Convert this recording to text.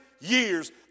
years